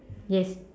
yes